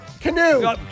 Canoe